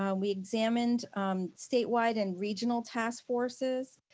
um we examined statewide and regional task forces.